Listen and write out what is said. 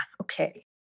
Okay